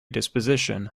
disposition